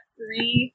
three